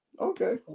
Okay